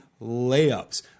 layups